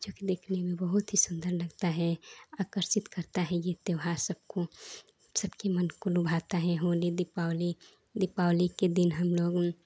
जोकि देखने में बहुत ही सुन्दर लगता है आकर्षित करता है यह त्योहार सबको सबके मन को लुभाता है होली दीपावली दीपावली के दिन हमलोग